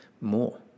more